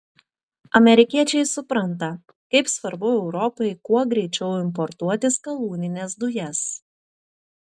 amerikiečiai supranta kaip svarbu europai kuo greičiau importuoti skalūnines dujas